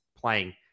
playing